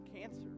cancer